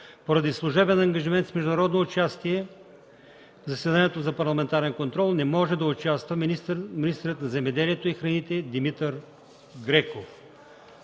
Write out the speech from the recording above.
Поради служебен ангажимент с международно участие, в заседанието за парламентарен контрол не може да участва министърът на земеделието и храните Димитър Греков.